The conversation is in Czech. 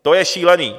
To je šílený!